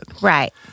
Right